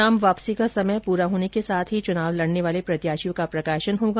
नाम वापसी का समय पूरा होने के साथ ही चुनाव लड़ने वाले प्रत्याशियों का प्रकाशन होगा